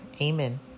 Amen